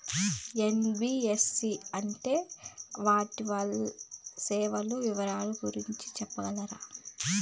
NBFC అంటే అది వాటి సేవలు వివరాలు గురించి సెప్పగలరా?